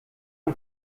man